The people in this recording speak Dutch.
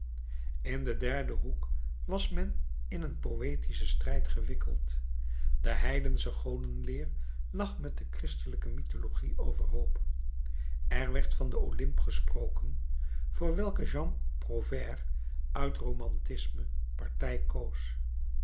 in den derden hoek was men in een poëtischen strijd gewikkeld de heidensche godenleer lag met de christelijke mythologie overhoop er werd van den olymp gesproken voor welken jean prouvaire uit romantisme partij koos